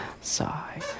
Sigh